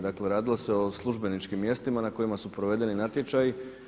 Dakle, radilo se o službeničkim mjestima na kojima su provedeni natječaji.